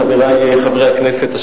חברי חברי הכנסת,